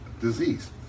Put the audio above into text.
disease